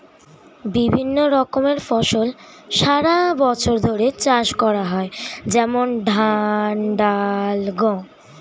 বিভিন্ন রকমের ফসল সারা বছর ধরে চাষ করা হয়, যেমন ধান, ডাল, গম